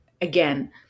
again